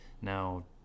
now